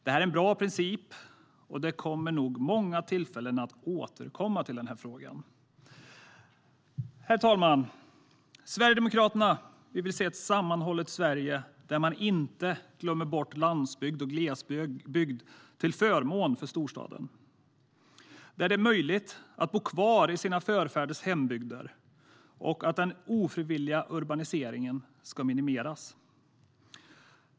Detta är en bra princip, och det kommer nog många tillfällen att återkomma till frågan. Herr talman! Sverigedemokraterna vill se ett sammanhållet Sverige där man inte glömmer bort landsbygd och glesbygd till förmån för storstaden, där det är möjligt att bo kvar i sina förfäders hembygder så att den ofrivilliga urbaniseringen minimeras.